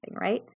right